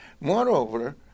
Moreover